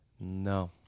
No